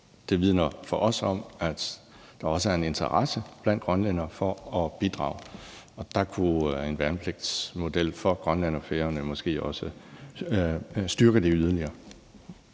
Det vidner for os om, at der også er en interesse blandt grønlændere i at bidrage. Der kunne en værnepligtsmodel for Grønland og Færøerne måske også styrke det yderligere.